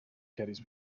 caddies